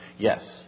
Yes